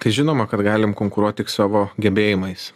tai žinoma kad galim konkuruot tik savo gebėjimais